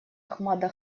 ахмада